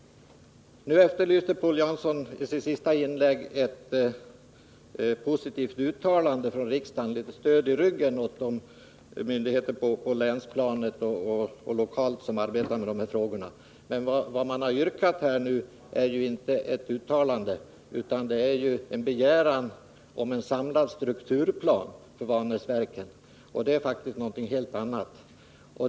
Nu efterlyste Paul Jansson i sitt senaste inlägg ett positivt uttalande av riksdagen som ett stöd i ryggen åt de myndigheter på länsplanet och lokalt som arbetar med de här frågorna. Men vad han har yrkat på nu är ju inte något uttalande, utan det är en begäran om en samlad strukturplan för Vanäsverken, och det är faktiskt någonting helt annat.